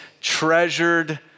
treasured